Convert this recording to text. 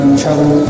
travel